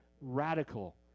radical